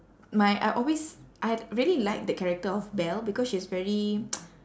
my I always I really like that character of belle because she's very